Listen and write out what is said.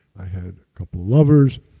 i had a couple of lovers.